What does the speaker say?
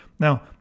Now